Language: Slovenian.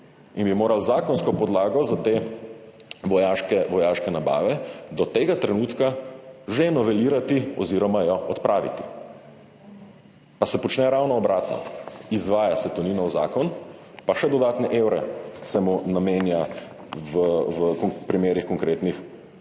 in bi morali zakonsko podlago za te vojaške nabave do tega trenutka že novelirati oziroma jo odpraviti. Pa se počne ravno obratno – izvaja se Toninov zakon pa še dodatne evre se mu namenja v primerih konkretnih